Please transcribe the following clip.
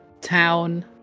town